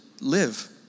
live